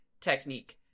technique